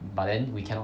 but then we cannot